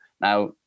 Now